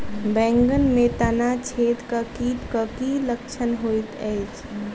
बैंगन मे तना छेदक कीटक की लक्षण होइत अछि?